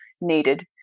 needed